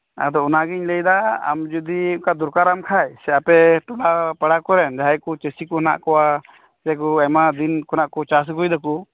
ᱟᱫᱚ ᱚᱱᱟᱜᱤᱧ ᱞᱟᱹᱭᱮᱫᱟ ᱟᱢ ᱡᱚᱫᱤ ᱚᱱᱠᱟ ᱫᱚᱨᱠᱟᱨᱟᱢ ᱠᱷᱟᱡ ᱥᱮ ᱟᱯᱮᱴᱚᱞᱟ ᱯᱟᱲᱟᱠᱚᱨᱮᱱ ᱡᱟᱦᱟᱸᱭ ᱠᱩ ᱪᱟᱹᱥᱤᱠᱩ ᱦᱮᱱᱟᱜ ᱠᱚᱣᱟ ᱥᱮᱠᱩ ᱟᱭᱢᱟᱫᱤᱱ ᱠᱷᱚᱱᱟᱜ ᱪᱟᱥ ᱟᱹᱜᱩᱭᱮᱫᱟᱠᱩ